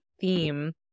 theme